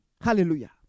hallelujah